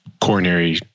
coronary